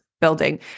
building